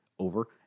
Over